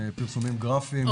פרסומים גרפיים,